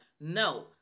No